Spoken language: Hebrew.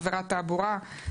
עבירת תעבורה,